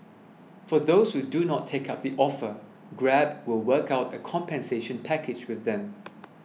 for those who do not take up the offer Grab will work out a compensation package with them